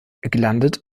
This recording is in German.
gelandet